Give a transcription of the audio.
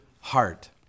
heart